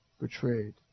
betrayed